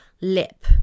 lip